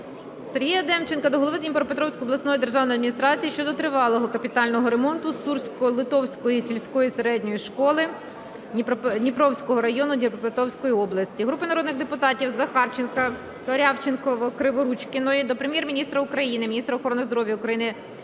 Сергія Демченка до голови Дніпропетровської обласної державної адміністрації щодо тривалого капітального ремонту Сурсько-Литовської сільської середньої школи Дніпровського району Дніпропетровської області. Групи народних депутатів (Захарченка, Корявченкова, Криворучкіної) до Прем'єр-міністра України, міністра охорони здоров'я України,